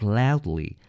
loudly